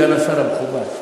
ידידי סגן השר המכובד,